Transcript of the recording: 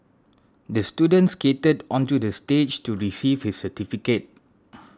the student skated onto the stage to receive his certificate